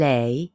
Lei